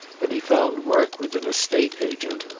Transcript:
and he found work with an estate agent.